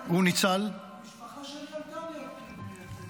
הוא ניצל, המשפחה שלי עלתה מיקטרינוסלב ב-1879.